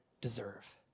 deserve